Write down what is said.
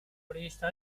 previsto